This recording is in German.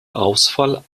ausfall